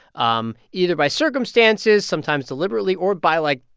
um either by circumstances, sometimes deliberately, or by, like,